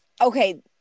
okay